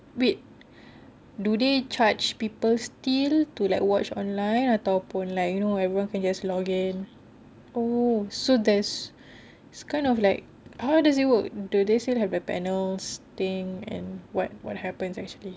wait do they charge people steal to like watch online ataupun everyone can just login oh so there's kind of like how does it work do they still have the panels thing and what what happens actually